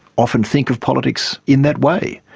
often think of politics in that way.